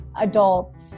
adults